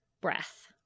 breath